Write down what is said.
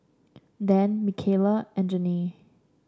Dan Mikaila and Janae